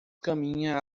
caminha